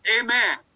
Amen